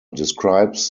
describes